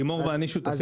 לימור ואני שותפים.